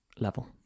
Level